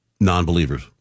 non-believers